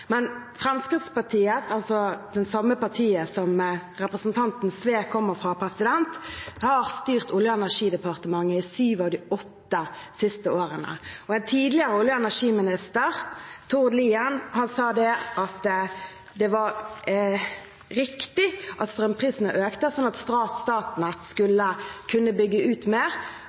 partiet representanten Sve kommer fra, har styrt Olje- og energidepartementet i syv av de åtte siste årene, og en tidligere olje- og energiminister, Tord Lien, sa at det var riktig at strømprisene økte, slik at Statnett kunne bygge ut mer.